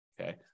Okay